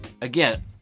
again